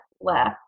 left